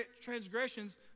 transgressions